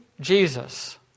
Jesus